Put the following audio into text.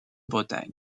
bretagne